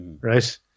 Right